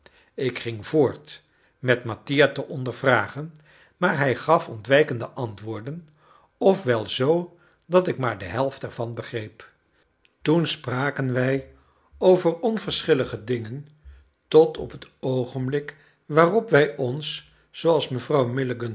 ik ging voort met mattia te ondervragen maar hij gaf ontwijkende antwoorden of wel zoo dat ik maar de helft er van begreep toen spraken wij over onverschillige dingen tot op het oogenblik waarop wij ons zooals mevrouw